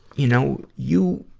you know, you,